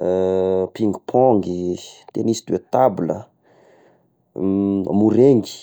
ping pong, tenis de table, morengy,